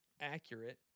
accurate